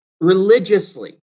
religiously